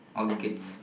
mm